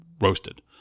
roasted